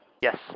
Yes